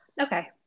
Okay